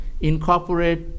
incorporate